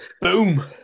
Boom